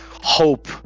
hope